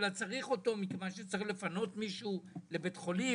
אלא צריך אותו מכיוון שצריך לפנות מישהו לבית חולים,